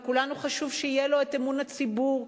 לכולנו חשוב שיהיה לו אמון הציבור,